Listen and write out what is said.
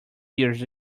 years